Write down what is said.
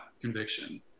conviction